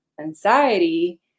anxiety